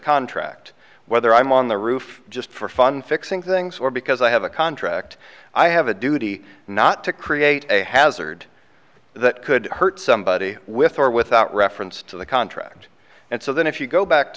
contract whether i'm on the roof just for fun fixing things or because i have a contract i have a duty not to create a hazard that could hurt somebody with or without reference to the contract and so then if you go back to